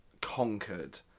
conquered